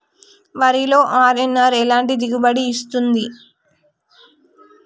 వరిలో అర్.ఎన్.ఆర్ ఎలాంటి దిగుబడి ఇస్తుంది?